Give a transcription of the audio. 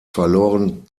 verloren